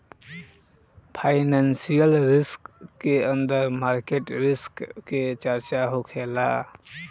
financial risk के अंदर market risk के चर्चा होखेला